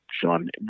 Sean